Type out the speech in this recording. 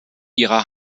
ihrer